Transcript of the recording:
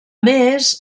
més